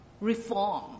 reform